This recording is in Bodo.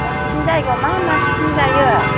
नोंसिनि जायगायाव मा मा पिगनिक जायो